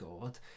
god